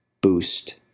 Boost